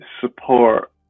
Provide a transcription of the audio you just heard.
support